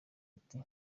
ati